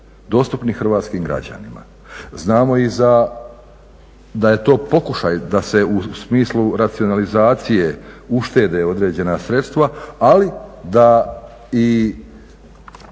Znamo i da je to pokušaj da se u smislu racionalizacije uštede određena sredstva ali da i